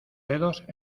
dedos